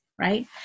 right